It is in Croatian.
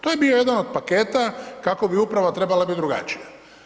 To je bio jadan od paketa kako bi uprava trebala biti drugačija.